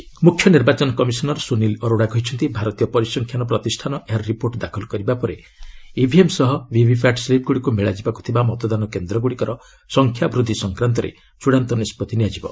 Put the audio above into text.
CEC VVPAT ମୁଖ୍ୟ ନିର୍ବାଚନ commissioner Sunil Arora କହିଛନ୍ତି ଭାରତୀୟ ପରିସଂଖ୍ୟାନ ପ୍ରତିଷ୍ଠାନ ଏହାର ରିପୋର୍ଟ ଦାଖଲ କରିବା ପରେ ଇଭିଏମ୍ ସହ ଭିଭିପାଟ୍ ସ୍ଲିପ୍ଗୁଡ଼ିକୁ ମେଳାଯିବାକୁ ଥିବା ମତଦାନ କେନ୍ଦ୍ରଗୁଡ଼ିକର ସଂଖ୍ୟା ବୃଦ୍ଧି ସଂକ୍ରାନ୍ତରେ ଚୂଡ଼ାନ୍ତ ନିଷ୍ପଭି ନିଆଯିବ